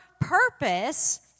purpose